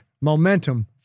momentum